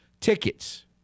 tickets